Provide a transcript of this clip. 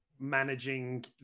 Managing